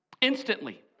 instantly